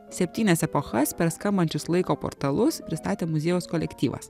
septynias epochas per skambančius laiko portalus pristatė muziejaus kolektyvas